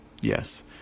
Yes